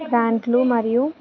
గ్రాంట్లు మరియు